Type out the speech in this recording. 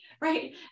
Right